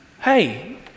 Hey